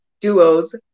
duos